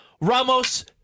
Ramos